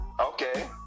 Okay